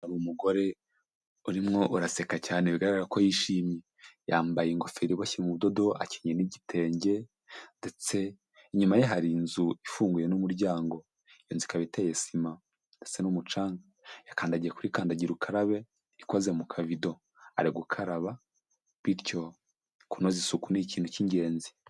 Umugore urimo araseka cyane, bigaragara ko yishimye, yambaye ingofero iboshye mu budodo, akenyeye n'igitenge, ndetse inyuma ye hari inzu ifunguye n'umuryango, inzu ikaba iteye sima ndetse n'umucanga, yakandagiye kuri kandagira ukarabe, ikoze mu kavido ari gukaraba, bityo kunoza isuku ni ikintu cy'ingenzi.